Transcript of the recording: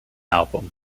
album